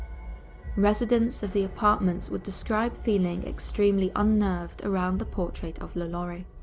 residents of the apartments would describe feeling extremely unnerved around the portrait of lalaurie.